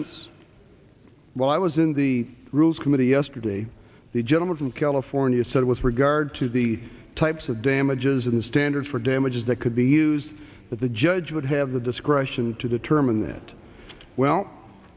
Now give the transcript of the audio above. wouldn't well i was in the rules committee yesterday the gentleman from california said with regard to the types of damages in the standards for damages that could be used but the judge would have the discretion to determine that well